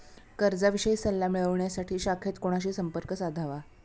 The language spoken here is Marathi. कर्जाविषयी सल्ला मिळवण्यासाठी शाखेत कोणाशी संपर्क साधावा?